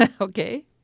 Okay